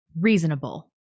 reasonable